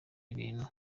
ibintu